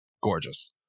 gorgeous